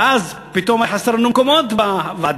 ואז פתאום היו חסרים לנו מקומות בוועדות,